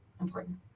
important